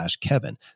kevin